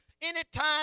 Anytime